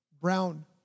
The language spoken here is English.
brown